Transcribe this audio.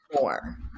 more